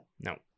No